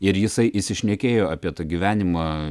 ir jisai įsišnekėjo apie tą gyvenimą